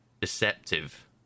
deceptive